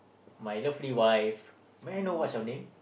my lovely wife may I know what's your name